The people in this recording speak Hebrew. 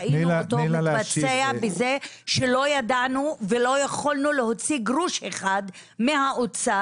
ראינו אותו מתבצע בזה שלא ידענו ולא יכולנו להוציא גרוש אחד מהאוצר,